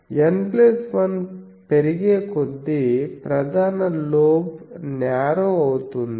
N1 పెరిగేకొద్దీ ప్రధాన lobe narrow అవుతుంది